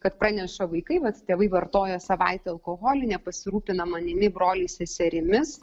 kad praneša vaikai vat tėvai vartoja savaitę alkoholį nepasirūpina manimi broliais seserimis